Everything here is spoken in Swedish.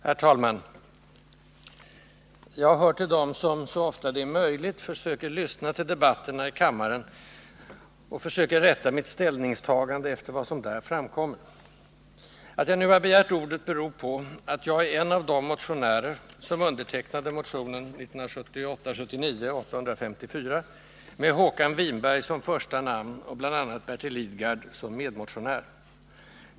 Herr talman! Jag hör till dem som så ofta det är möjligt försöker att lyssna till debatterna i kammaren och rätta mitt ställningstagande efter vad som där framkommer. Att jag nu begärt ordet beror på att jag är en av dem som undertecknat motionen 1978/79:854 med Håkan Winberg som första namn och med bl.a. Bertil Lidgard som medmotionär.